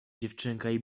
dziewczynka